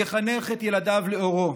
יחנך את ילדיו לאורו,